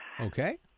Okay